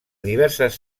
diverses